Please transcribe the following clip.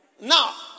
Now